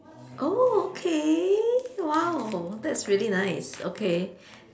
oh okay !wow! that's really nice okay